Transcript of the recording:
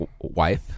wife